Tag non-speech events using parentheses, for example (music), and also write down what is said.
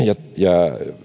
(unintelligible) ja